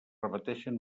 repeteixen